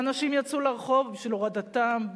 ואנשים יצאו לרחוב בשביל הורדתם,